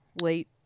late